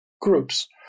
groups